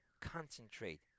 concentrate